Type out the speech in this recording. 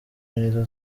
nizo